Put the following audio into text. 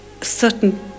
certain